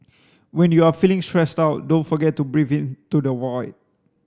when you are feeling stressed out don't forget to breathe into the void